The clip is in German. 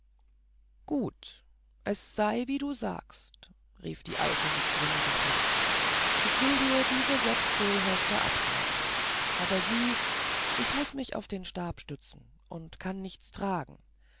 gut es sei wie du sagst rief die alte mit grimmigem blick ich will dir diese sechs kohlhäupter abkaufen aber siehe ich muß mich auf den stab stützen und kann nichts tragen